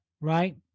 right